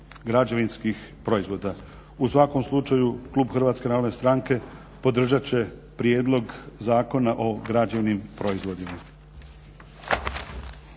građevinskih proizvoda. U svakom slučaju klub HNS-a podržat će Prijedlog zakona o građevnim proizvodima.